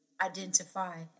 identify